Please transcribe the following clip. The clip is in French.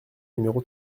numéro